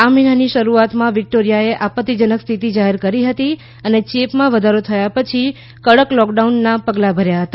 આ મહિનાની શરૂઆતમાં વિક્ટોરિયાએ આપત્તિજનક સ્થિતિ જાહેર કરી હતી અને ચેપમાં વધારો થયા પછી કડક લોકડાઉન પગલાં ભર્યા હતા